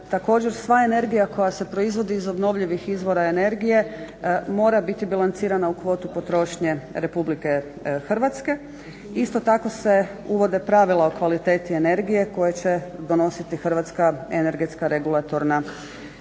sva energija koja se proizvodi iz obnovljivih izvora energije mora biti bilancirana u kvotu potrošnje Republike Hrvatske. Isto tako se uvode pravila u kvaliteti energije koje će donositi Hrvatska energetska regulatorna agencija.